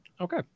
Okay